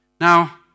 Now